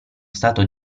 stato